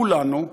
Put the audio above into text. כולנו,